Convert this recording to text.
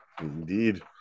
Indeed